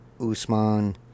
Usman